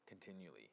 continually